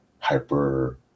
hyper